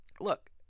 Look